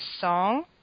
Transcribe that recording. song